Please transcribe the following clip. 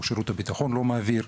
או שירות הביטחון לא מעביר.